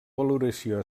valoració